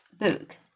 book